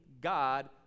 god